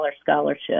scholarship